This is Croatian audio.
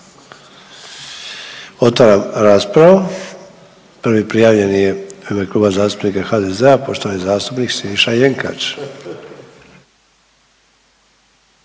Otvaram raspravu. Prvi prijavljeni je u ime Kluba zastupnika HDZ-a poštovani zastupnik Siniša Jenkač.